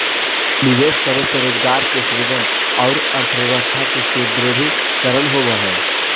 निवेश करे से रोजगार के सृजन औउर अर्थव्यवस्था के सुदृढ़ीकरण होवऽ हई